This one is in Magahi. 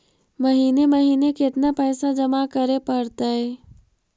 महिने महिने केतना पैसा जमा करे पड़तै?